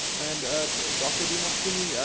and ah dr. demartini,